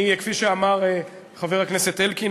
כפי שאמר חבר הכנסת אלקין,